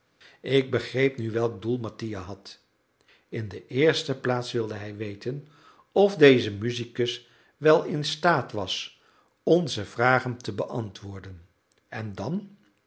ik begreep nu welk doel mattia had in de eerste plaats wilde hij weten of deze musicus wel instaat was onze vragen te beantwoorden en dan